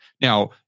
Now